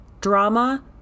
drama